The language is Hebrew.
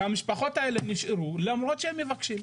והמשפחות האלה נשארו, למרות שהם מבקשים.